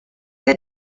que